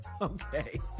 Okay